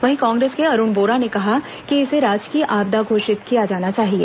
वहीं कांग्रेस के अरुण वोरा ने कहा कि इसे राजकीय आपदा घोषित किया जाना चाहिए